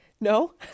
No